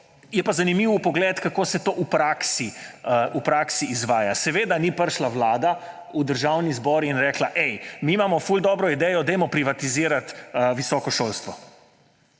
Je pa zanimiv vpogled, kako se to v praksi izvaja. Seveda ni prišla Vlada v Državni zbor in rekla: »Ej, mi imamo ful dobro idejo, dajmo privatizirati visoko šolstvo.«